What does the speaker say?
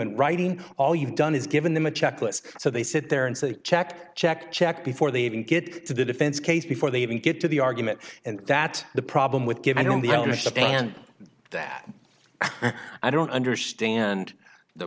in writing all you've done is given them a checklist so they sit there and say checked check check before they even get to the defense case before they even get to the argument and that's the problem with give i don't the understand that i don't understand the